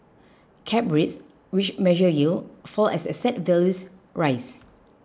cap rates which measure yield fall as asset values rise